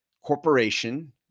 corporation